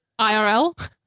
IRL